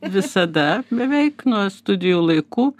visada beveik nuo studijų laikų